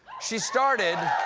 she started